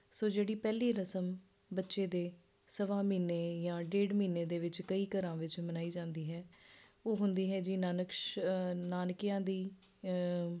ਸੋ ਜਿਹੜੀ ਪਹਿਲੀ ਰਸਮ ਬੱਚੇ ਦੇ ਸਵਾ ਮਹੀਨੇ ਜਾਂ ਡੇਢ ਮਹੀਨੇ ਦੇ ਵਿੱਚ ਕਈ ਘਰਾਂ ਵਿੱਚ ਮਨਾਈ ਜਾਂਦੀ ਹੈ ਉਹ ਹੁੰਦੀ ਹੈ ਜੀ ਨਾਨਕਸ਼ ਨਾਨਕਿਆਂ ਦੀ